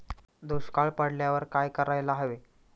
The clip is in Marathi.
दुष्काळ पडल्यावर काय करायला हवे?